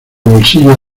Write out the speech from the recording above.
bolsillo